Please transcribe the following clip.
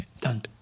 done